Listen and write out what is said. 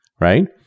Right